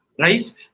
right